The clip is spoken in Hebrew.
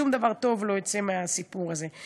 שום דבר טוב לא יוצא מהסיפור הזה.